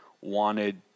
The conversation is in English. wanted